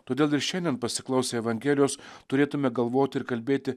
todėl ir šiandien pasiklausę evangelijos turėtume galvoti ir kalbėti